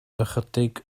ychydig